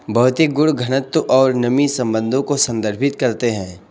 भौतिक गुण घनत्व और नमी संबंधों को संदर्भित करते हैं